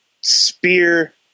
spear